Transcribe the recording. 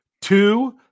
two